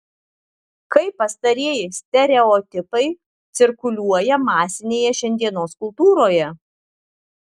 kaip pastarieji stereotipai cirkuliuoja masinėje šiandienos kultūroje